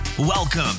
Welcome